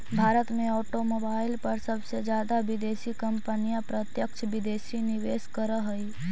भारत में ऑटोमोबाईल पर सबसे जादा विदेशी कंपनियां प्रत्यक्ष विदेशी निवेश करअ हई